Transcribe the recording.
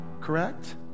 Correct